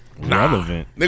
Relevant